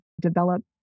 develop